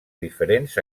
diferents